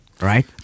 right